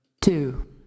Two